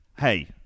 Hey